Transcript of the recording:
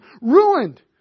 ruined